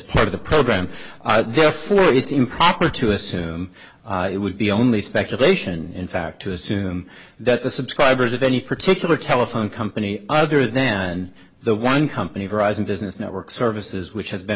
part of the program therefore it's improper to assume it would be only speculation in fact to assume that the subscribers of any particular telephone company other then the one company horizon business network services which has been